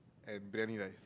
and belly like